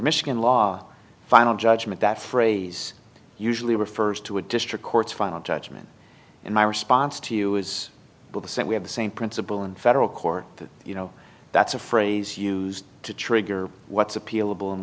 michigan law final judgment that phrase usually refers to a district court's final judgment and my response to you is the same we have the same principle in federal court that you know that's a phrase used to trigger what's appeal